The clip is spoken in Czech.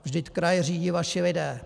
Vždyť kraje řídí vaší lidé.